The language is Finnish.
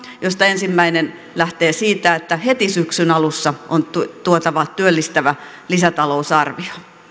joista ensimmäinen lähtee siitä että heti syksyn alussa on tuotava työllistävä lisätalousarvio